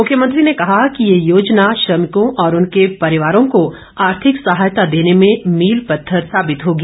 मुख्यमंत्री ने कहा कि ये योजना श्रमिकों और उनके परिवारों को आर्थिक सहायता देने में मील पत्थर साबित होगी